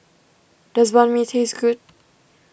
does Banh Mi taste good